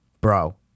Bro